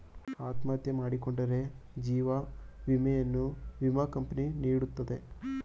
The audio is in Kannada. ಅತ್ಮಹತ್ಯೆ ಮಾಡಿಕೊಂಡರೆ ಜೀವ ವಿಮೆಯನ್ನು ವಿಮಾ ಕಂಪನಿ ನೀಡುವುದೇ?